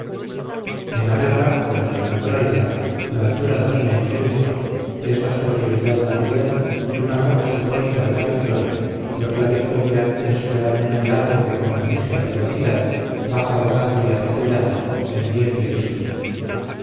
en la guerra como en la naturaleza la altura domina y triunfa es la superioridad material y una forma simbólica de la victoria porque la victoria es realmente algo que con flamígera velocidad baja rodando y atropellando hendiendo y destruyendo